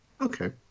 Okay